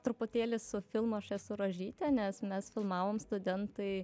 truputėlį su filmu aš esu rožytė nes mes filmavom studentai